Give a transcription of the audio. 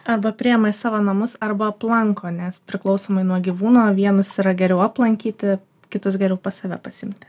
arba priėma į savo namus arba aplanko nes priklausomai nuo gyvūno vienus yra geriau aplankyti kitus geriau pas save pasiimti